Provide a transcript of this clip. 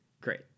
Great